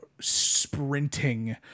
sprinting